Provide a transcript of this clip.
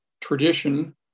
tradition